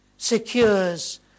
Secures